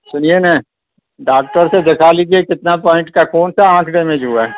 سنیے نا ڈاکٹر سے دکھا لیجیے کتنا پوائنٹ کا کون سا آنکھ ڈیمیج ہوا ہے